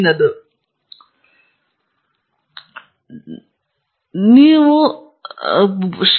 ತದನಂತರ ಅವರು ಸಂಪತ್ತು ಅಧಿಕಾರವನ್ನು ಪಡೆದುಕೊಳ್ಳುತ್ತಿದ್ದರೆ ಅಥವಾ ಅಹಿಂಸೆಯ ಮೂಲಕ ತಮ್ಮ ಆಸೆಗಳನ್ನು ಪೂರ್ಣಗೊಳಿಸಿದರೆ ಅವರು ಅದನ್ನು ಸ್ವಾಗತಿಸುತ್ತಾರೆ ಎಂದು ಅವರಿಗೆ ತಿಳಿಸಿ